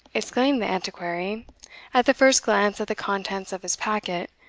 exclaimed the antiquary at the first glance at the contents of his packet,